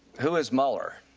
who is meuller?